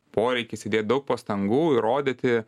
poreikis įdėt daug pastangų įrodyti